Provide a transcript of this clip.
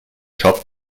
shop